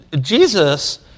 Jesus